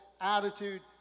attitude